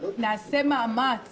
נעשה מאמץ